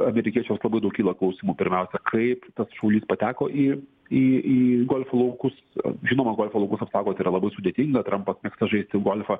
amerikiečiams labai daug kyla klausimų pirmausia kaip tas šaulys pateko į į į golfo laukus žinoma golfo laukus apsaugot yra labai sudėtinga trampai žaisti golfą